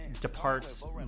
departs